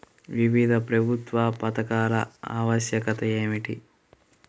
వివిధ ప్రభుత్వా పథకాల ఆవశ్యకత ఏమిటి?